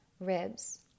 ribs